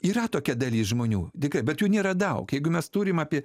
yra tokia dalis žmonių dėka bet jų nėra daug jeigu mes turim apie